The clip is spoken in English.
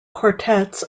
quartets